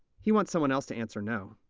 he wants someone else to answer no,